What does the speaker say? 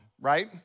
right